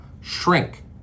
shrink